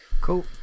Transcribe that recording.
Cool